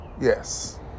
Yes